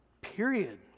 period